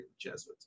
Jesuits